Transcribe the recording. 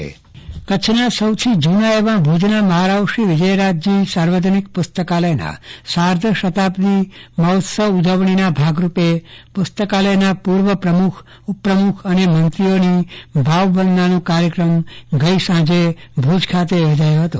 ચંદ્રવદન પટ્ટણી પુસ્તકાલય સન્માન કચ્છના સૌથી જુના એવા ભુજના મહારાવશ્રી વિજય રાજજી સાર્વજનીક પુસ્તકાલયના સાર્ધ શતાબ્દી ઉજવણીના ભાગરૂપે પુસ્તકાલયના પૂર્વ પ્રમુખ ઉપપ્રમુખ અને મંત્રીઓની ભાવ વંદનાનો કાર્યક્રમ ગઈ સાંજે ભુજ ખાતે યોજાયો હતો